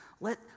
let